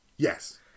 Yes